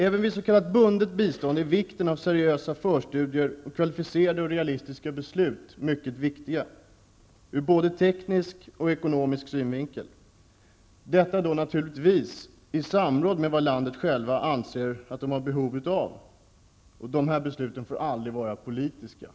Även vid s.k. bundet bistånd är förstudier samt kvalificerade och realistiska beslut mycket viktiga, ur både teknisk och ekonomisk synvinkel. Naturligtvis behövs det här ett samråd om vad landet självt anser sig ha behov av. Dessa beslut får aldrig vara av politisk karaktär!